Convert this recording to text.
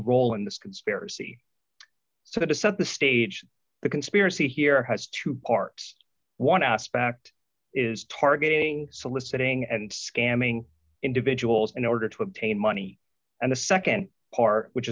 role in this conspiracy so that to set the stage the conspiracy here has two parts one aspect is targeting soliciting and scamming individuals in order to obtain money and the nd part which